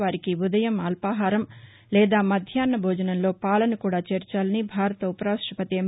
వారికి ఉదయం అల్పాహారం లేదా మధ్యాహ్న భోజనంలో పాలను కూడా చేర్పాలని భారత ఉపరాష్టపతి ఎం